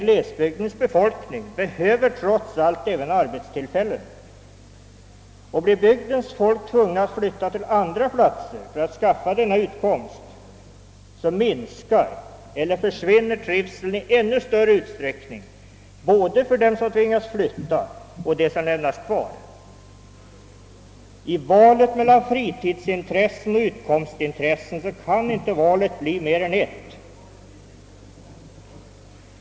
Glesbygdsbefolkningen behöver emellertid trots allt även arbetstillfällen, och blir denna bygds invånare nödsakade att flytta till andra platser för att skaffa sig sin utkomst, minskar eller försvinner trivseln i ännu större utsträckning både för dem som tvingas flytta och för dem som stannar kvar. Om man måste välja mellan fritidsintressen och utkomstintressen kan valet inte bli mer än ett.